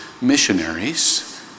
missionaries